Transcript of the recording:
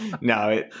No